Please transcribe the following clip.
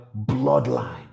bloodline